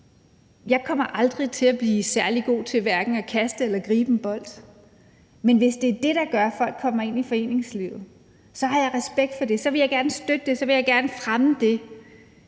Jeg kommer aldrig til at blive særlig god til hverken at kaste eller gribe en bold, men hvis det er det, der gør, at folk kommer ind i foreningslivet, har jeg respekt for det, så vil jeg gerne støtte det, så vil jeg gerne fremme det.